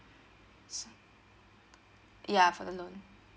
ya for uh loan